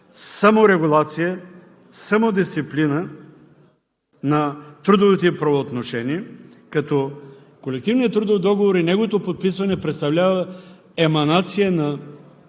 саморегулация, самодисциплина на трудовите правоотношения, като колективният трудов договор и неговото подписване представлява еманация на бипартитния